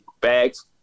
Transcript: bags